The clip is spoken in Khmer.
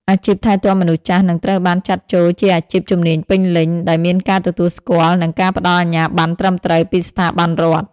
អាជីពថែទាំមនុស្សចាស់នឹងត្រូវបានចាត់ចូលជាអាជីពជំនាញពេញលេញ ដែលមានការទទួលស្គាល់ និងការផ្តល់អាជ្ញាប័ណ្ណត្រឹមត្រូវពីស្ថាប័នរដ្ឋ។